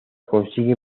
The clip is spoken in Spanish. consigue